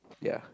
ya